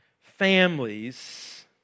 families